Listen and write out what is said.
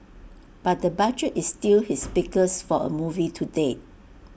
but the budget is still his biggest for A movie to date